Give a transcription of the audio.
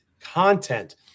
content